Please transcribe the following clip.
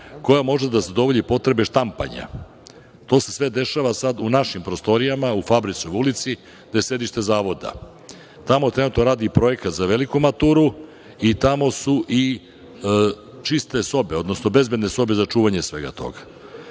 koja može da zadovolji potrebe štampanja. To se sve dešava sada u našim prostorijama u Fabrisovoj ulici, gde je sedište Zavoda. Tamo trenutno radi projekat za veliku maturu i tamo su i čiste sobe, odnosno bezbedne sobe za čuvanje svega